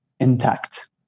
intact